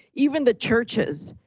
even the churches.